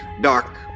dark